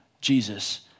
Jesus